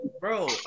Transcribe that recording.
Bro